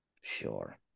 Sure